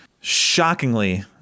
shockingly